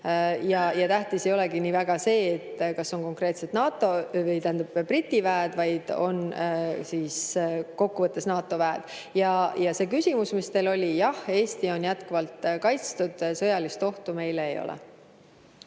Ja tähtis ei olegi nii väga see, kas [siin] on konkreetselt Briti väed, vaid on kokkuvõttes NATO väed. Ja see küsimus, mis teil oli – jah, Eesti on jätkuvalt kaitstud, sõjalist ohtu meile ei ole.